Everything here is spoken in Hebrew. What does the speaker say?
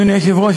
אדוני היושב-ראש,